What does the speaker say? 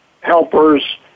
helpers